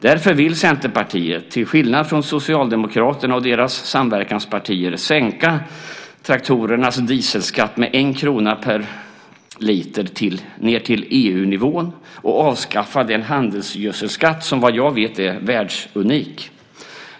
Därför vill Centerpartiet, till skillnad från Socialdemokraterna och deras samverkanspartier, sänka traktorernas dieselskatt med 1 kr per liter ned till EU-nivån och avskaffa den handelsgödselskatt som, vad jag vet, är världsunik.